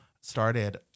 started